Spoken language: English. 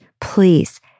Please